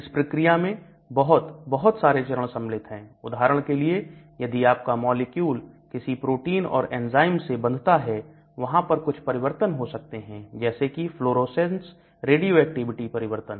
इस प्रक्रिया में बहुत बहुत सारे चरण सम्मिलित हैं उदाहरण के लिए यदि आपका मॉलिक्यूल किसी प्रोटीन और एंजाइम से बंधता है वहां पर कुछ परिवर्तन हो सकते हैं जैसे कि फ्लोरोसेंस रेडियो एक्टिविटी परिवर्तन